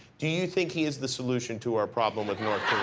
do you think he is the solution to our problem with north